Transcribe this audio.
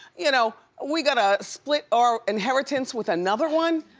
you know we gotta split our inheritance with another one?